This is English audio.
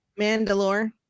Mandalore